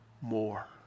more